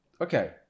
Okay